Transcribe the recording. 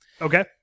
okay